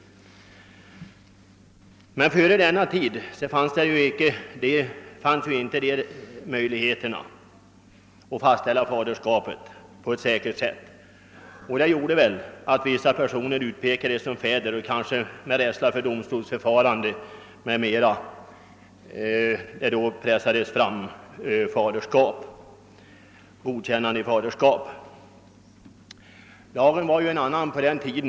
Dessförinnan fanns inte möjligheter att fastställa faderskap på ett säkert sätt. Detta torde ha medfört att en del personer, som utpekades som fäder, bl.a. av rädsla för domstolsförfarandet pressades till godkännande av faderskap. Lagen var ju på den tiden utformad på ett annat sätt. Det förelåg då inte någon arvsrätt för utomäktenskapliga barn. Det har alltså efter hand inträffat förändringar på detta område.